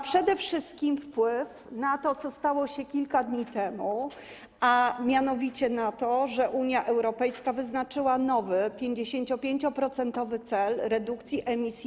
Przede wszystkim ma wpływ na to, co stało się kilka dni temu, a mianowicie na to, że Unia Europejska wyznaczyła nowy, 55-procentowy cel redukcji emisji